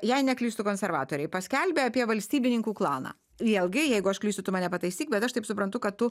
jei neklystu konservatoriai paskelbė apie valstybininkų klaną vėlgi jeigu aš klystu tu mane pataisyk bet aš taip suprantu kad tu